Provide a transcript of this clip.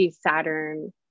Saturn